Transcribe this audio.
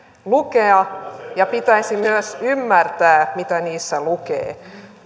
lukea ja pitäisi myös ymmärtää mitä niissä lukee